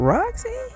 Roxy